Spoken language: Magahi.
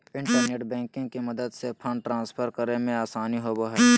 इंटरनेट बैंकिंग के मदद से फंड ट्रांसफर करे मे आसानी होवो हय